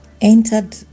entered